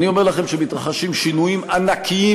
אני אומר לכם שבעולם מתרחשים שינויים ענקיים,